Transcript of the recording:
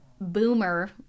boomer